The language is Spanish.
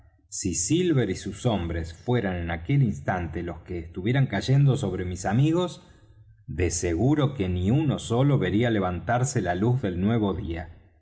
si silver y sus hombres fueran en aquel instante los que estuvieran cayendo sobre mis amigos de seguro que ni uno solo vería levantarse la luz del nuevo día